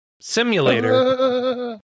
simulator